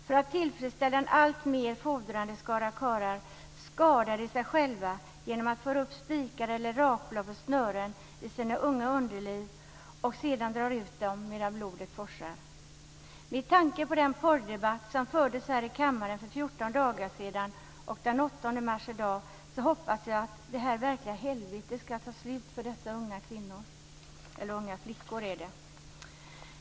För att tillfredsställa en alltmer fordrande skara karlar skadar flickorna sig själva genom att föra upp spikar eller rakblad på snören i sina unga underliv och sedan dra ut dem medan blodet forsar. Med tanke på den porrdebatt som fördes här i kammaren för 14 dagar sedan och att det är den 8 mars i dag hoppas jag att det här verkliga helvetet ska ta slut för dessa unga flickor.